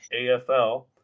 AFL